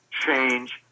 change